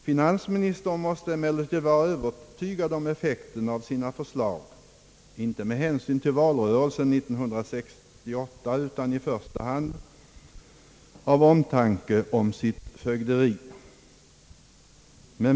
Finansministern måste emellertid vara övertygad om effekten av sina förslag, inte med hänsyn till valrörelsen 1968 utan i första hand av omtanke om sitt fögderi.